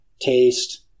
taste